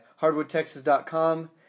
HardwoodTexas.com